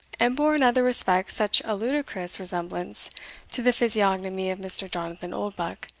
and bore, in other respects, such a ludicrous resemblance to the physiognomy of mr. jonathan oldbuck,